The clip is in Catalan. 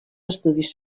estudis